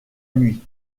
nuit